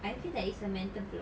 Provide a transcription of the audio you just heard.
I feel like it's a mental block